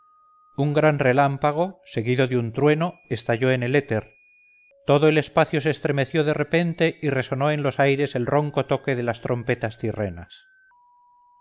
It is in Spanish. un gran relámpago seguido de un trueno estalló en el éter todo el espacio se estremeció de repente y resonó en los aires el ronco toque de las trompetas tirrenas alzan los